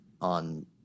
on